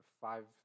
five